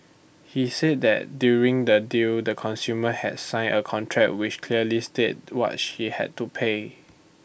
he said that during the deal the consumer had sign A contract which clearly state what she had to pay